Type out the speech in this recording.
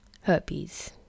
herpes